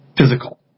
physical